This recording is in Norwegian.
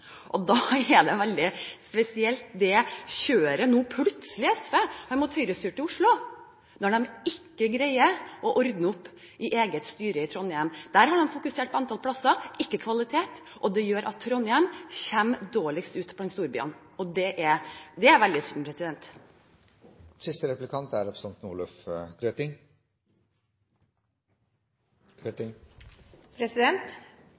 barnehagene. Da er det plutselige kjøret som SV nå har mot høyrestyrte Oslo, veldig spesielt, når de ikke greier å ordne opp i sitt eget styre i Trondheim. Der har de fokusert på antallet plasser – ikke på kvalitet, og det gjør at Trondheim kommer dårligst ut blant storbyene, og det er veldig synd. Målet til den rød-grønne regjeringen på barnehagefeltet er